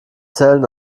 zellen